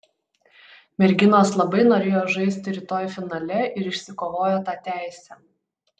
merginos labai norėjo žaisti rytoj finale ir išsikovojo tą teisę